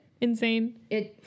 Insane